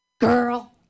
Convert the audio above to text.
Girl